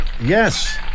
yes